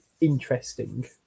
interesting